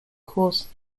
course